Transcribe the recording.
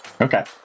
Okay